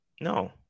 no